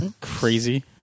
Crazy